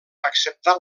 acceptà